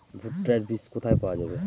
ভুট্টার বিজ কোথায় পাওয়া যাবে?